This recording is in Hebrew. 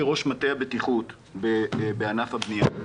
כראש מטה הבטיחות בענף הבנייה,